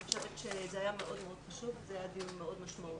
אני חושבת שזה היה דיון מאוד חשוב וזה היה דיון מאוד משמעותי.